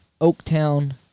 Oaktown